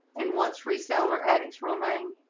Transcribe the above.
and what's resale or attics roaming